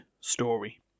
story